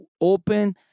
open